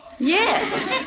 Yes